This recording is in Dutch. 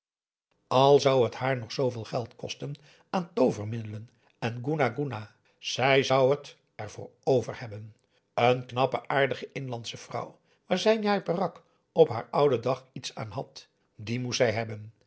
al zou het haar nog zooveel geld kosten aan toovermiddelen en goena goena zij zou het ervoor over hebben een knappe aardige inlandsche vrouw waar zij njai peraq op haar ouden dag iets aan had die moest hij hebben